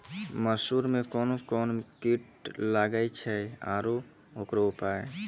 मसूर मे कोन कोन कीट लागेय छैय आरु उकरो उपाय?